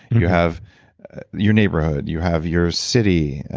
you have your neighborhood, you have your city,